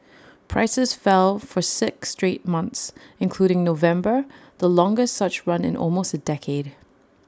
prices fell for six straight months including November the longest such run in almost A decade